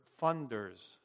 funders